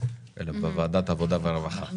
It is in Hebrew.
אלא בוועדת העבודה והרווחה,